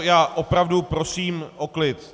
Já opravdu prosím o klid!